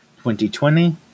2020